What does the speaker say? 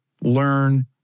learn